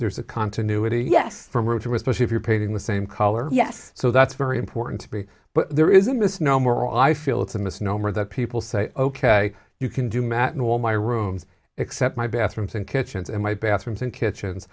there's a continuity yes from room to especially if you're painting the same color yes so that's very important to be but there is a misnomer i feel it's a misnomer that people say ok you can do math in all my rooms except my bathrooms and kitchens and my bathrooms and kitchens